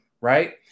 right